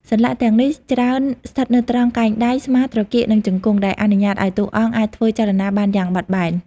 សន្លាក់ទាំងនេះច្រើនស្ថិតនៅត្រង់កែងដៃ ស្មា ត្រគាក និងជង្គង់ ដែលអនុញ្ញាតឲ្យតួអង្គអាចធ្វើចលនាបានយ៉ាងបត់បែន។